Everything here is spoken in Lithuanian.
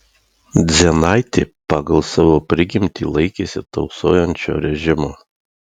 dzienaitė pagal savo prigimtį laikėsi tausojančio režimo